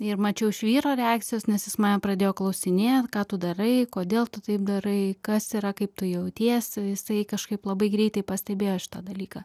ir mačiau iš vyro reakcijos nes jis mane pradėjo klausinėt ką tu darai kodėl tu taip darai kas yra kaip tu jautiesi jisai kažkaip labai greitai pastebėjo šitą dalyką